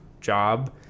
job